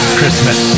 Christmas